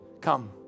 Come